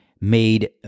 made